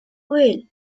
well